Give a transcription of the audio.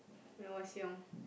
when I was young